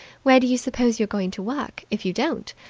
where do you suppose you're going to work, if you don't?